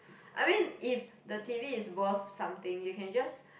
I mean if the t_v is worth something you can just